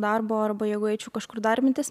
darbo arba jeigu eičiau kažkur darbintis